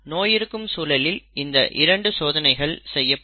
நோய் இருக்கும் சூழலில் இந்த இரண்டு சோதனைகள் செய்யப்படும்